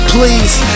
Please